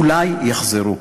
אולי יחזרו.